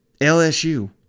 LSU